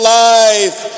life